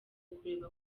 kureba